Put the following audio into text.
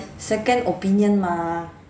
second opinion mah